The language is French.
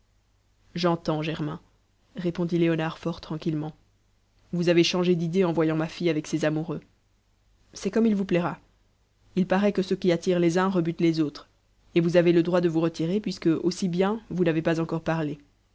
j'entends germain répondit léonard fort tranquillement vous avez changé d'idée en voyant ma fille avec ses amoureux c'est comme il vous plaira il paraît que ce qui attire les uns rebute les autres et vous avez le droit de vous retirer puisque aussi bien vous n'avez pas encore parlé